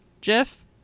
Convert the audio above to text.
Jeff